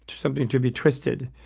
something to be twisted.